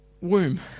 womb